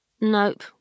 Nope